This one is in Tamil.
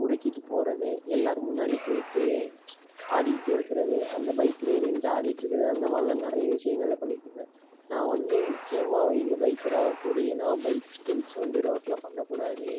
முறுக்கிட்டு போகிறது எல்லார் முன்னாடி போயிட்டு ஆடிட்டு இருக்கிறது அந்த பைக்கில் நின்றுட்டு ஆடிட்ருக்கறது அந்த மாதிரிலாம் நிறைய விஷயங்கள பண்ணிட்டு இருந்தேன் நான் வந்து முக்கியமாக நீங்கள் பைக்கராக போகிறீங்கன்னா பைக் ஸ்டண்ட்ஸ் வந்து ரோட்டில் பண்ணக்கூடாது